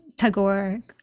Tagore